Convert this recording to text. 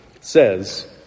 says